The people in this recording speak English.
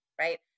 right